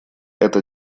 это